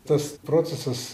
tas procesas